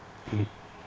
mm